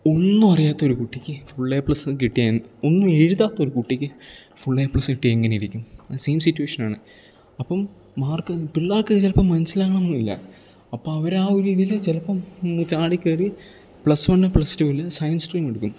ഒന്നുമറിയാത്തൊരു കുട്ടിക്ക് full A plus കിട്ടി ഒന്നുമെഴുതാത്തൊരു കുട്ടിക്ക് ഫുൾ ഏ പ്ലസ് കിട്ടിയാൽ എങ്ങനിരിക്കും അത് സെയിം സിറ്റ്വേഷനാണ് അപ്പം മാർക്ക് പിള്ളേർക്കത് ചിലപ്പം മനസ്സിലാകണമെന്നില്ല അപ്പം അവരാ ഒരിതിൽ ചിലപ്പം ചാടിക്കയറി പ്ലസ് വൺ പ്ലസ് ടൂവിൽ സയൻസ് സ്ട്രീമെടുക്കും